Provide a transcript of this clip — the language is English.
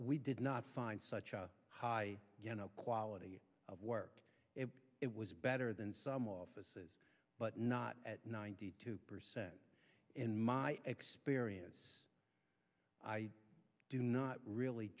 we did not find such a high quality of work it was better than some offices but not at ninety two percent in my experience i do not really